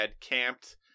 camped